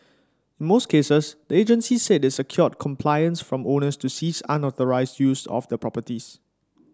in most cases the agency said it secured compliance from owners to cease unauthorised use of the properties